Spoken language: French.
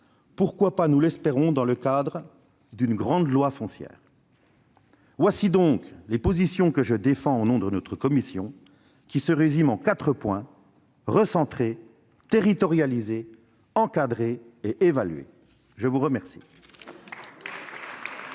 pourquoi pas, nous l'espérons, dans le cadre d'une grande loi foncière. Voilà donc les positions que je défends au nom de notre commission ; elles se résument en quatre points : recentrer, territorialiser, encadrer et évaluer. La parole